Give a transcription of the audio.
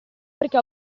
perché